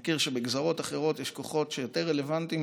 יודע שבגזרות אחרות יש כוחות שיותר רלוונטיים,